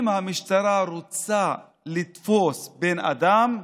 שאם המשטרה רוצה לתפוס בן אדם,